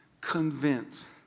convince